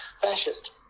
fascist